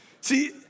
See